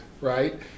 right